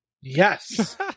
Yes